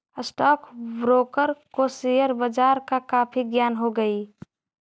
stock broker को share बाजार का काफी ज्ञान हो हई